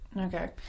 Okay